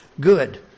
good